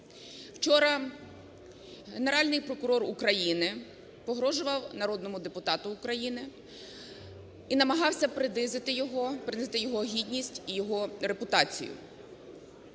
Вчора Генеральний прокурор України погрожував народному депутату України і намагався принизити його, принизити його гідність і його репутацію.